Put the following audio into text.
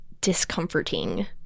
discomforting